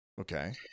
Okay